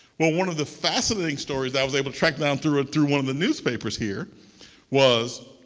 well, one of the fascinating stories i was able to track down through through one of the newspapers here was